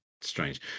strange